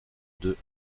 deux